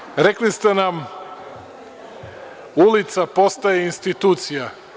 Na kraju, rekli ste nam – ulica postaje institucija.